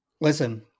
Listen